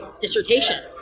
dissertation